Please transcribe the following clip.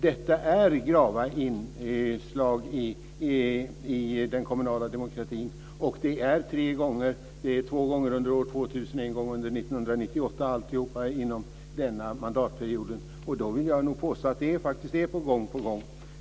Detta är grava inslag i den kommunala demokratin, och det har skett tre gånger - två gånger under år 2000 och en gång under 1998. Alltihop har skett under denna mandatperiod. Jag vill påstå att det faktiskt är gång på gång.